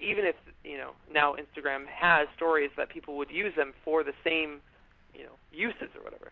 even, you know now, instagram has stories that people would use them for the same uses, or whatever,